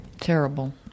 Terrible